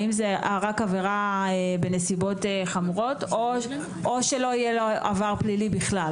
האם זה רק עבירה בנסיבות חמורות או שלא יהיה לו עבר פלילי בכלל?